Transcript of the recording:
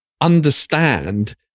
understand